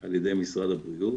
על ידי משרד הבריאות.